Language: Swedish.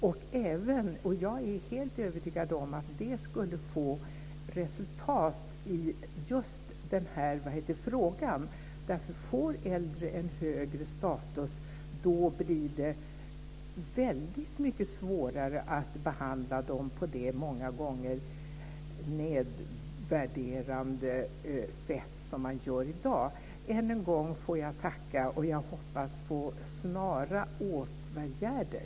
Och jag är helt övertygad om att det skulle få resultat i just denna fråga, därför att om äldre får en högre status blir det väldigt mycket svårare att behandla dem på det många gånger nedvärderande sätt som man gör i dag. Än en gång får jag tacka, och jag hoppas på snara åtgärder.